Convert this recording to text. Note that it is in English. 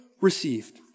received